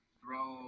throw